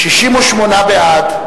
68 בעד,